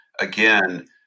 again